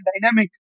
dynamic